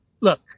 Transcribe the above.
look